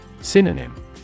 Synonym